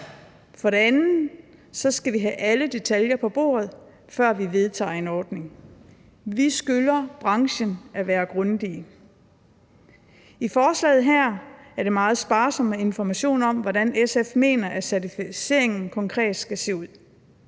For det andet skal vi have alle detaljer på bordet, før vi vedtager en ordning. Vi skylder branchen at være grundige. I forslaget her er det meget sparsomt med informationer om, hvordan SF mener at certificeringen konkret skal se ud.